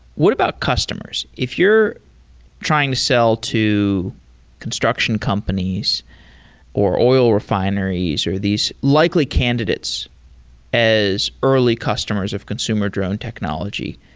what about customers? if you're trying to sell to construction companies or oil refineries or these likely candidates as early customers of consumer drone technology,